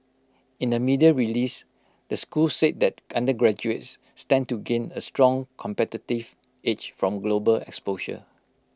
in A media release the school said that the undergraduates stand to gain A strong competitive edge from global exposure